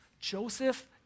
Joseph